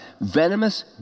venomous